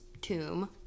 tomb